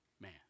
man